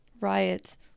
riots